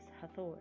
Hathor